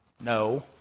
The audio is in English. No